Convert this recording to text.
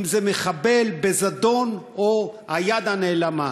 אם זה מחבל בזדון או היד הנעלמה.